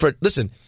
Listen